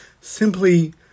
simply